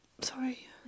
Sorry